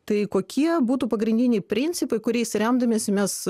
tai kokie būtų pagrindiniai principai kuriais remdamiesi mes